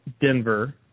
Denver –